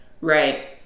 right